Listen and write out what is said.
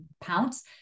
pounce